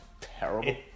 terrible